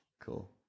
Cool